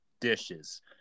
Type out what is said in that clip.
dishes